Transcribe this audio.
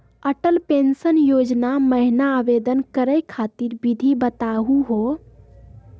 Atal pension योजना महिना आवेदन करै खातिर विधि बताहु हो?